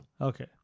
Okay